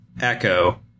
Echo